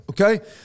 Okay